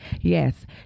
Yes